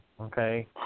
okay